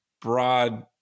broad